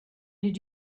did